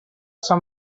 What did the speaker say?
sant